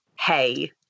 hey